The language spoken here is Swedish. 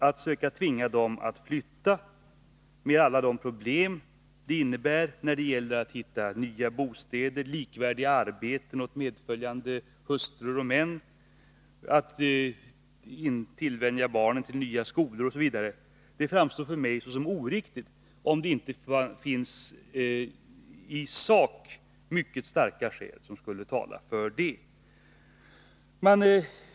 Att tvinga dem att flytta — med alla de problem det innebär när det gäller att hitta nya bostäder och likvärdiga arbeten åt medföljande män och hustrur, att vänja barnen till nya skolor, osv. — framstår för mig såsom oriktigt, om inte i sak mycket starka skäl talar för det.